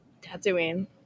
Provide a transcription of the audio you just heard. Tatooine